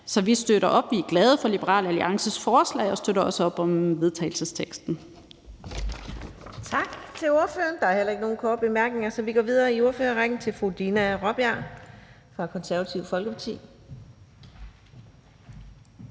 Så vi støtter op. Vi er glade for Liberal Alliances forslag og støtter også op om vedtagelsesteksten. Kl. 17:36 Fjerde næstformand (Karina Adsbøl): Tak til ordføreren. Der er heller ikke nogen korte bemærkninger, så vi går videre i ordførerrækken til fru Dina Raabjerg fra Konservative Folkparti.